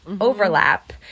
overlap